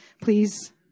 please